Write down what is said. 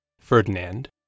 Ferdinand